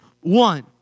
one